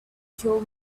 killed